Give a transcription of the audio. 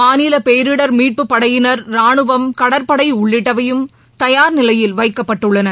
மாநில பேரிடர் மீட்பு படையினர் ரானுவம் கடற்படை உள்ளிட்டவையும் தயார் நிலையில் வைக்கப்பட்டுள்ளன